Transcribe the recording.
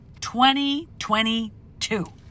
2022